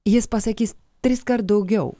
jis pasakys triskart daugiau